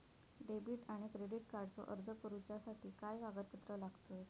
Debit आणि credit कार्डचो अर्ज करुच्यासाठी काय कागदपत्र लागतत?